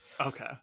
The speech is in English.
okay